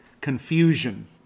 confusion